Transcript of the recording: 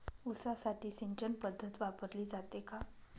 ऊसासाठी सिंचन पद्धत वापरली जाते का?